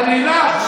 אתה נהנה עכשיו?